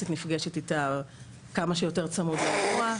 עו"סית נפגשת איתה כמה שיותר צמוד לאירוע.